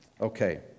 Okay